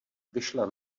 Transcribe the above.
vyšla